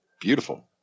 Beautiful